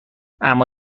اما